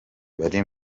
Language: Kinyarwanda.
bari